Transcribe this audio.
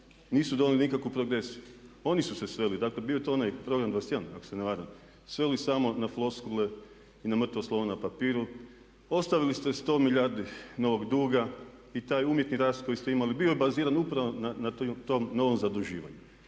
nisu dali nikakvu progresiju. Oni su se sveli, dakle bio je to onaj program 21, ako se ne varam, sveli samo na floskule i na mrtvo slovo na papiru. Ostavili ste 100 milijardi novog duga. I taj umjetni rast koji ste imali bio je baziran upravo na tom novom zaduživanju.